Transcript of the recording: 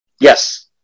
Yes